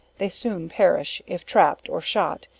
they soon perish, if trap'd or shot,